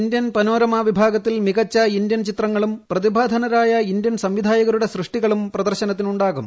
Indian panorama വിഭാഗത്തിൽ മികച്ച Indian ചിത്രങ്ങളും പ്രതിഭാധനരായ ഇന്ത്യൻ സംവിധായകരുടെ സൃഷ്ടികളും പ്രദർശനത്തിനുണ്ടാകും